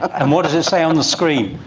and what does it say on the screen?